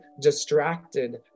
distracted